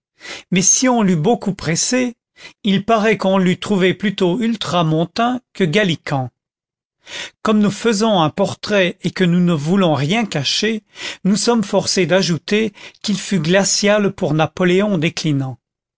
mais si on l'eût beaucoup pressé il paraît qu'on l'eût trouvé plutôt ultramontain que gallican comme nous faisons un portrait et que nous ne voulons rien cacher nous sommes forcé d'ajouter qu'il fut glacial pour napoléon déclinant